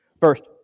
First